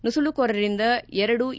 ನುಸುಳುಕೋರರಿಂದ ಎರಡು ಎ